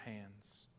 hands